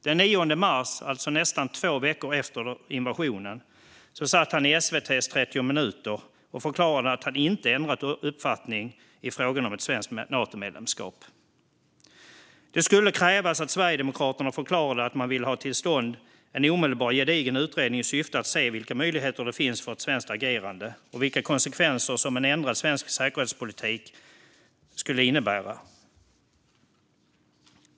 Den 9 mars, alltså nästan två veckor efter invasionen, satt han i SVT:s 30 minuter och förklarade att han inte hade ändrat uppfattning i frågan om ett svenskt Natomedlemskap. Det skulle krävas att Sverigedemokraterna förklarade att man ville ha till stånd en omedelbar och gedigen utredning i syfte att se vilka möjligheter som fanns för ett svenskt agerande och vilka konsekvenser en ändrad svensk säkerhetspolitik skulle innebära.